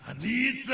need